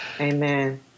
Amen